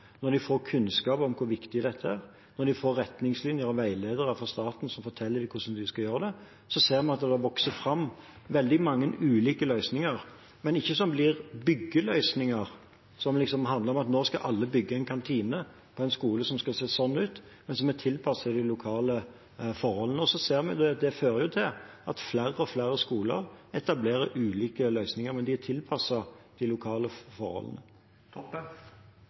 når de får kunnskap om hvor viktig dette er, når de får retningslinjer og veiledere fra staten som forteller hvordan de skal gjøre det, vil vi se at det vokser fram veldig mange ulike løsninger – ikke byggeløsninger som liksom handler om at nå skal alle bygge en kantine på en skole som skal se slik ut, men løsninger som er tilpasset de lokale forholdene. Vi ser at det fører til at flere og flere skoler etablerer ulike løsninger, men de er tilpasset de lokale